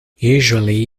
usually